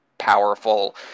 powerful